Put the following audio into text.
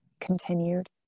continued